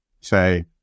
say